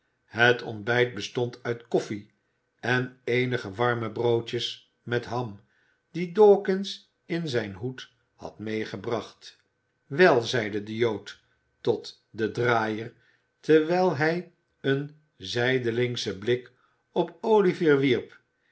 het ontbijt bestond uit koffie en eenige warme broodjes met ham die dawkins in zijn hoed had meegebracht wel zeide de jood tot den draaier terwijl hij een zijdelingschen blik op olivier wierp